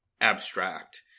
abstract